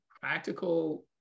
practical